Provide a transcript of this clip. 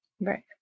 Right